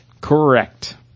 Correct